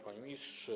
Panie Ministrze!